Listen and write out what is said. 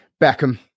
Beckham